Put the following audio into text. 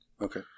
Okay